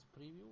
preview